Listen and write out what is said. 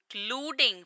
including